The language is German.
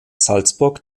salzburg